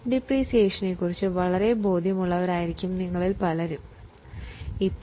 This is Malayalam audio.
ഡിപ്രീസിയേഷനെ കുറിച്ച് ഇതിനു മുൻപും നമ്മൾ ചർച്ച ചെയ്തിരുന്നു